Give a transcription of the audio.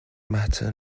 matter